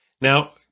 Now